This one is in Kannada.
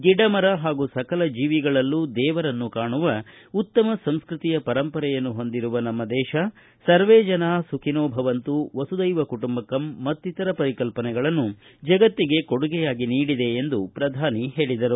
ಗಿಡ ಮರ ಹಾಗೂ ಸಕಲ ಜೀವಿಗಳಲ್ಲೂ ದೇವರನ್ನು ಕಾಣುವ ಉತ್ತಮ ಸಂಸ್ಕೃತಿಯ ಪರಂಪರೆಯನ್ನು ಹೊಂದಿರುವ ನಮ್ಮ ದೇತ ಸರ್ವೇ ಜನ ಸುಖಿನೊ ಭವಂತು ವಸುದೈವ ಕುಟುಂಬಕಂ ಮತ್ತಿತರ ಪರಿಕಲ್ಪನೆಗಳನ್ನು ಜಗತ್ತಿಗೆ ಕೊಡುಗೆ ನೀಡಿದೆ ಎಂದು ಪ್ರಧಾನಿ ಹೇಳಿದರು